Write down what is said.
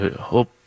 hope